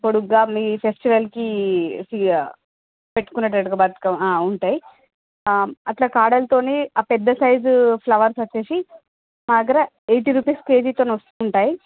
పొడుగ్గా మీ ఫెస్టివల్కి పెట్టుకునేటట్లుగా బతుకమ్మ ఆ ఉంటాయి అట్ల కాడలతోని ఆ పెద్ద సైజు ఫ్లవర్సు వచ్చేసి మా దగ్గర ఎయిటీ రూపీస్ కేజీతోని వస్తుంటాయి